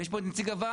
ויש פה את נציג הוועד,